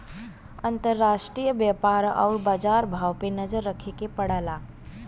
अंतराष्ट्रीय व्यापार आउर बाजार भाव पे नजर रखे के पड़ला